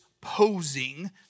posing